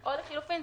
או לחילופין,